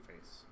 face